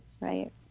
right